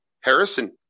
Harrison